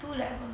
two levels